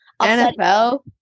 NFL